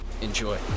enjoy